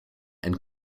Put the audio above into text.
and